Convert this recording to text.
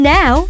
Now